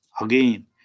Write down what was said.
again